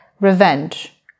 revenge